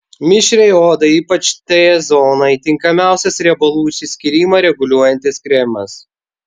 mišriai odai ypač t zonai tinkamiausias riebalų išsiskyrimą reguliuojantis kremas